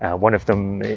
ah one of them,